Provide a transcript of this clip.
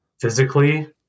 physically